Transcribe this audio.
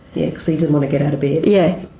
yeah, cos he didn't want to get out of bed. yeah.